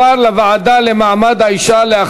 מפעלים מוגנים